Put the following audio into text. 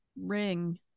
ring